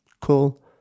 cool